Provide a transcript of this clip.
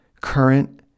current